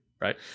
right